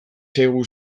zaigu